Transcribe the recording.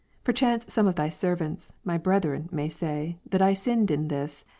perchance, some of thy servants, my brethren, may say, that i sinned in this,